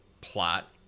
plot